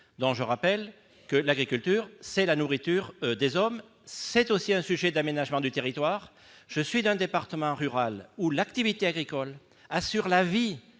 je le rappelle, l'agriculture, c'est la nourriture des hommes. Elle concerne aussi l'aménagement du territoire. Je suis élu d'un département rural où l'activité agricole assure la vie